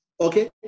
Okay